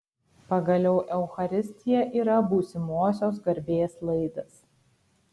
pagaliau eucharistija yra būsimosios garbės laidas